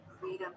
freedom